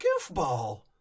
goofball